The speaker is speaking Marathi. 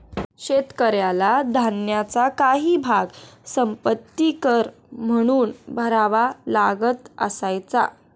शेतकऱ्याला धान्याचा काही भाग संपत्ति कर म्हणून भरावा लागत असायचा